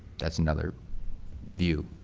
that's another view.